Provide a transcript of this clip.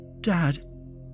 Dad